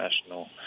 National